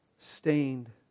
stained